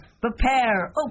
prepare